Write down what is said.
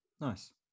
nice